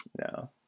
No